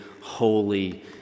holy